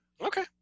okay